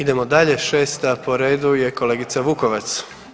Idemo dalje, šesta po redu je kolegica Vukovac.